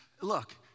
look